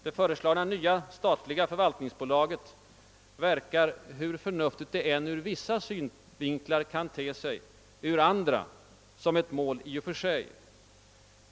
Det föreslagna nya statliga förvaltningsbolaget verkar förnuftigt ur vissa synvinklar, men ur andra ter det sig som ett mål i och för sig.